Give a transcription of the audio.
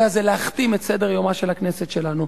הזה להכתים את סדר-יומה של הכנסת שלנו.